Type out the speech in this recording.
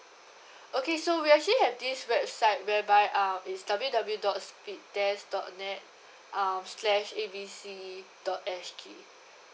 okay so we actually have this website whereby uh is W W W dot speed test dot net uh slash A B C dot S G